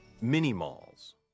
mini-malls